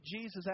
Jesus